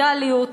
הסקטוריאליות,